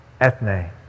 ethne